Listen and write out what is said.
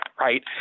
right